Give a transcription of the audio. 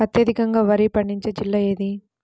అత్యధికంగా వరి పండించే జిల్లా ఏది?